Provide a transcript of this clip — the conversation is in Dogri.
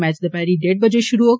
मैच दपेहरी डेढ बजे षुरु होग